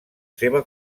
seva